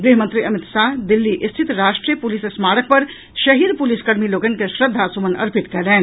गृहमंत्री अमित शाह दिल्ली स्थित राष्ट्रीय पुलिस स्मारक पर शहीद पुलिसकर्मी लोकनि के श्रद्धा सुमन अर्पित कयलनि